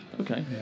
Okay